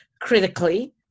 critically